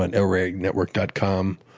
on elreynetwork dot com.